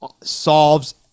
solves